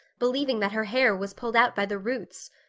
believing that her hair was pulled out by the roots.